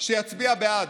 שיצביע בעד.